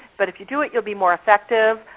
but if you do it will be more effective.